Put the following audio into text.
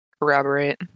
corroborate